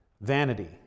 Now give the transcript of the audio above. Vanity